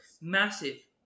Massive